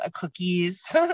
cookies